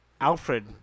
Alfred